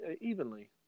evenly